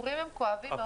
הסיפורים הם כואבים מאוד.